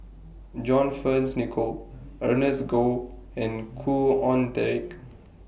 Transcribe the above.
John Fearns Nicoll Ernest Goh and Khoo Oon Teik